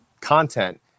content